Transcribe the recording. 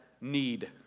need